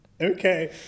Okay